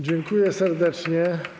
Dziękuję serdecznie.